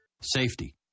Safety